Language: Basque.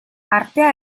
artea